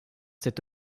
cet